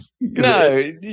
No